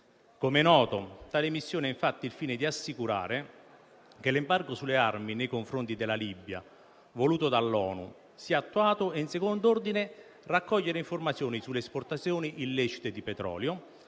Come è noto, tale missione ha infatti il fine di assicurare che l'embargo sulle armi nei confronti della Libia voluto dall'ONU sia attuato e, in second'ordine, di raccogliere informazioni sulle esportazioni illecite di petrolio,